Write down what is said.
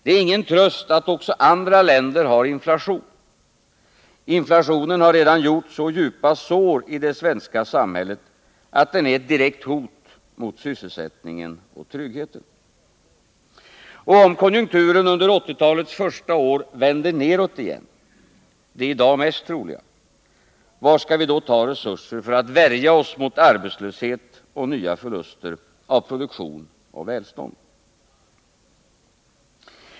Det är ingen tröst att också andra länder har inflation — inflationen har redan gjort så djupa sår i det svenska samhället att den är ett direkt hot mot sysselsättningen och tryggheten. Och om konjunkturen under 1980-talets första år vänder neråt igen — det i dag mest troliga — var skall vi då ta resurser för att värja oss mot arbetslöshet och nya förluster av produktion och välstånd?